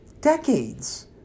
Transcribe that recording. decades